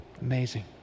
Amazing